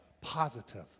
positive